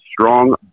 strong